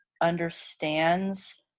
understands